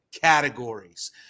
categories